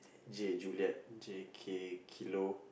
J juliet J K kilo